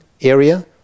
area